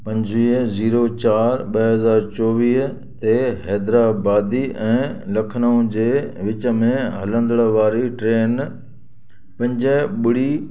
पंजवीह ज़ीरो चार ॿ हज़ार चोवीह ते हैदराबादी ऐं लखनऊ जे विच में हलंदड़ वारी ट्रेन पंज ॿुड़ी